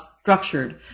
structured